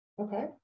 Okay